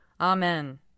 Amen